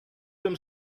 them